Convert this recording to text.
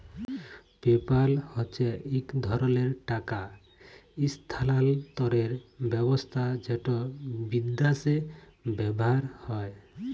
PayPal হছে ইক ধরলের টাকা ইসথালালতরের ব্যাবস্থা যেট বিদ্যাশে ব্যাভার হয়